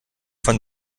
von